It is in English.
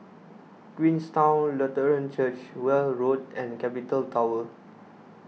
Queenstown Lutheran Church Weld Road and Capital Tower